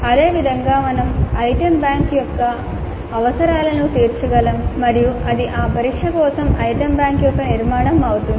అదేవిధంగా మేము item bank యొక్క అవసరాలను తీర్చగలము మరియు అది ఆ పరీక్ష కోసం ఐటెమ్ బ్యాంక్ యొక్క నిర్మాణం అవుతుంది